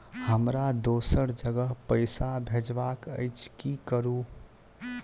हमरा दोसर जगह पैसा भेजबाक अछि की करू?